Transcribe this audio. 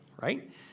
right